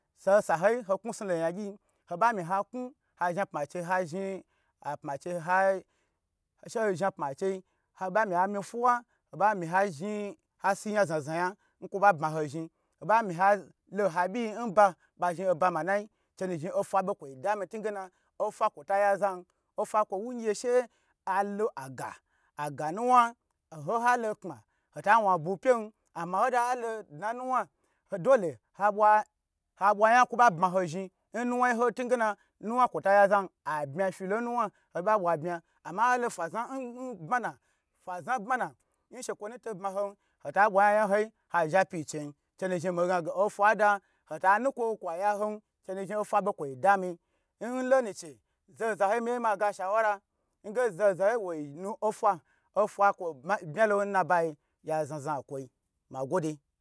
Sa ho sa ha yi ho knu snu lo yan gyi yi oba mi ha kwu ha zhi apma chen ha zhni apma chei ha ha zhni apma chei she ho zhni apma chei ho be mi ha mi fiwa, ho bama ha zhni ha siya zna zna jam na kwo ba bma ho zhni ha ba mi ho lo ha byi yi n oba ba zhni, oba manayi chenu zhni ofa bo kwo da mi ntinge ofa kwo aya zan ofa kwo wu nge she alo agu aga nuwa cho ha lo kpma ha ta wan bu pyan ana nho nho ha lo dna nuwa do lo ha bwa kwo ba bma ho zhni n nuwa ho yi go ntungen nuwa kwo tayaza abma filo nua ho ba bwa bwa bam ama ha lo fa zna hn hn bma na nshekwo nu to bmaho hota bwa yan yan ho yi ha zha pyi cheyin chenu mi gna ge ofa da hotana kwo kwa ya hon chenu zhni ofa bo kwo da mi nlonu che zo ha zaho mi ye ma ga shawu la nge za za ho yi wonu ofa, ofa kwo bma lo nabayi ya zna zna kwo mago de.